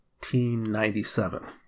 1997